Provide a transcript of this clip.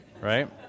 right